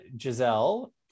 Giselle